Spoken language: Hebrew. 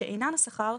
שאינן השכר,